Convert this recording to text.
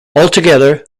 altogether